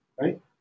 right